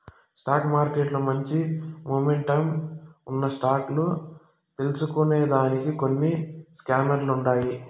stock మార్కెట్ల మంచి momentum ఉన్న స్టాక్ లు తెల్సుకొనేదానికి కొన్ని స్కానర్లుండాయి